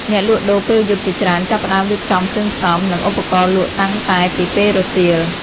អ្នកលក់ដូរពេលយប់ជាច្រើន ចាប់ផ្ដើមរៀបចំគ្រឿងផ្សំ និងឧបករណ៍លក់តាំងតែពីពេលរសៀល។